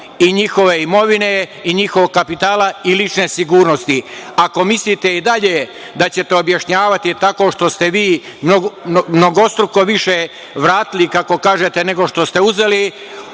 i njihove imovine i njihovog kapitala i lične sigurnosti. Ako mislite i dalje da ćete objašnjavati tako što ste vi mnogostruko više vratili, kako kažete, nego što ste uzeli,